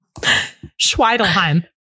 Schweidelheim